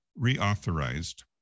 reauthorized